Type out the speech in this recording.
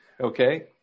Okay